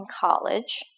college